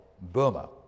Burma